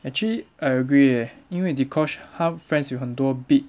actually I agree eh 因为 dee kosh 他 friends 有很多 big